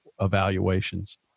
evaluations